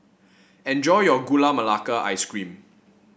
enjoy your Gula Melaka Ice Cream